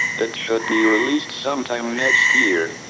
it should be released sometime next year.